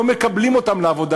לא מקבלים אותם לעבודה,